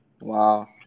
Wow